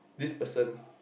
this person